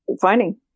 finding